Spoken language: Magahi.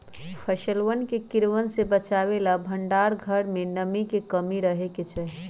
फसलवन के कीड़वन से बचावे ला भंडार घर में नमी के कमी रहे के चहि